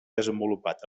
desenvolupat